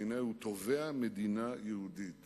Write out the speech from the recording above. והנה הוא תובע מדינה יהודית